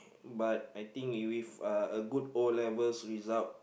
but I think if with a good O-levels result